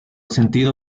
sentido